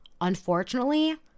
Unfortunately